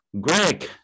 Greg